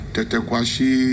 Tetequashi